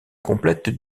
complète